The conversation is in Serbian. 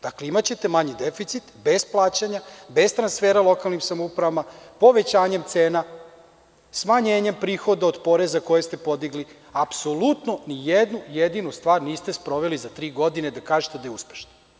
Dakle, imaćete manji deficit, bez plaćanja, bez transfera lokalnim samoupravama, povećanjem cena, smanjenjem prihoda od poreza koje ste podigli, apsolutno nijednu stvar niste sproveli za tri godine, da kažete da je uspešna.